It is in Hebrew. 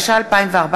התשע"ה 2014,